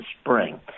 spring